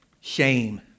Shame